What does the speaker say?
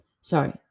Sorry